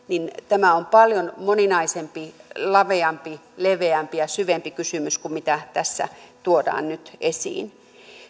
tämä on paljon moninaisempi laveampi leveämpi ja syvempi kysymys kuin mitä tässä tuodaan nyt esiin